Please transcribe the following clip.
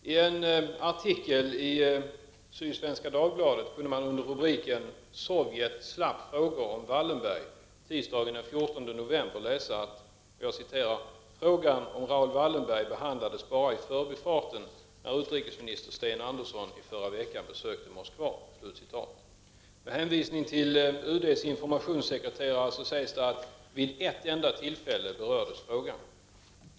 I en artikel i Sydsvenska Dagbladet kunde man under rubriken ”Sovjet slapp frågor om Wallenberg” tisdagen den 14 november läsa följande: ”Frågan om Raoul Wallenbergs behandlades bara i förbifarten när utrikesminister Sten Andersson förra veckan besökte Moskva.” Med hänvisning till UD:s informationssekreterare sägs det att frågan berördes vid ett enda tillfälle.